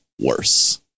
worse